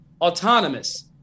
autonomous